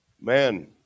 Man